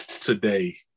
today